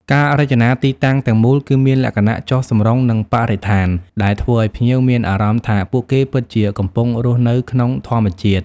ការរចនាទីតាំងទាំងមូលគឺមានលក្ខណៈចុះសម្រុងនឹងបរិស្ថាន ដែលធ្វើឲ្យភ្ញៀវមានអារម្មណ៍ថាពួកគេពិតជាកំពុងរស់នៅក្នុងធម្មជាតិ។